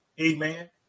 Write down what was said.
amen